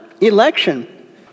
election